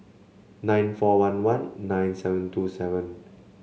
nine four one one nine seven two seven